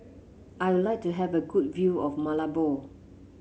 I would like to have a good view of Malabo